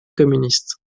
communiste